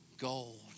gold